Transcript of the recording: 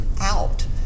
out